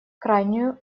крайнюю